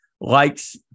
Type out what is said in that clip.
likes